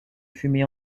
fumée